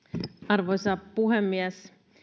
arvoisa puhemies